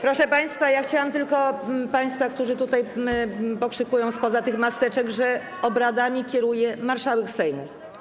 Proszę państwa, ja chciałam tylko państwu, którzy tutaj pokrzykują spod tych maseczek, przypomnieć, że obradami kieruje marszałek Sejmu.